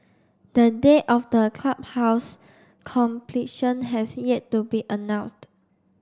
the date of the clubhouse's completion has yet to be announced